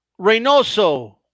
Reynoso